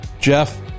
Jeff